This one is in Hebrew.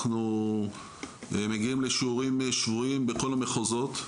אנחנו מגיעים לשיעורים שבועיים בכל המחוזות,